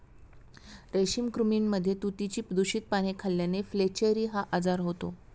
रेशमी कृमींमध्ये तुतीची दूषित पाने खाल्ल्याने फ्लेचेरी हा आजार होतो